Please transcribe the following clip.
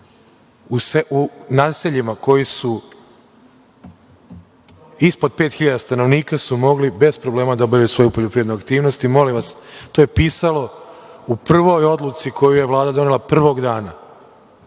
u naseljima koja su ispod 5.000 stanovnika su mogli bez problema da obavljaju svoju poljoprivrednu aktivnost i molim vas, to je pisalo u prvoj odluci koju je Vlada donela prvog dana. To